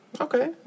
Okay